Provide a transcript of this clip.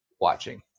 watching